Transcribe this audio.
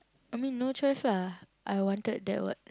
I mean no choice lah I wanted that [what]